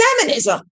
feminism